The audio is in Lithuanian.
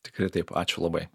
tikrai taip ačiū labai